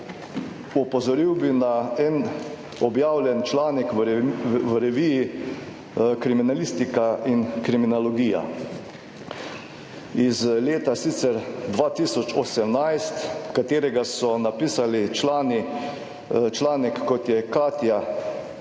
Opozoril bi na en objavljen članek v reviji Kriminalistika in kriminologija iz leta sicer 2018, katerega so napisali člani članek kot je Katja Eman,